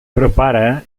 prepara